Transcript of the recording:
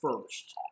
first